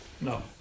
No